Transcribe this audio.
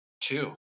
two